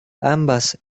ambas